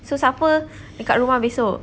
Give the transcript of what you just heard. so siapa dekat rumah besok